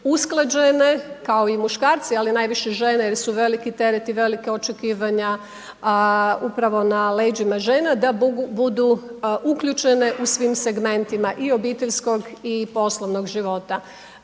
usklađene kao i muškarci ali najviše žene jer su veliki teret i velika očekivanja upravo na leđima žena, da budu uključene u svim segmentima, i obiteljskog i poslovnog života.